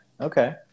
Okay